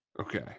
Okay